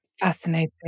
Fascinating